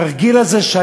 התרגיל הזה,